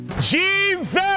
Jesus